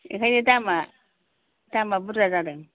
बेनिखायनो दामआ बुरजा जादों